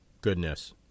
goodness